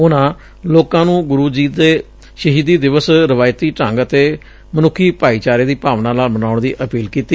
ਉਨੂਾ ਲੋਕਾਂ ਨੂੰ ਗੁਰੂ ਜੀ ਦਾ ਸ਼ਹੀਦੀ ਦਿਵਸ ਰਵਾਇਤੀ ਢੰਗ ਅਤੇ ਮਨੁੱਖੀ ਭਾਈਚਾਰੇ ਦੀ ਭਾਵਨਾ ਨਾਲ ਮਨਾਉਣ ਦੀ ਅਪੀਲ ਕੀਤੀ